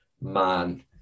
man